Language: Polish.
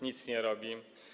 Nic nie robi.